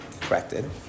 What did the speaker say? corrected